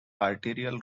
arterial